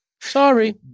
Sorry